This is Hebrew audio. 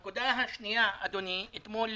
הנקודה השנייה, אדוני, אתמול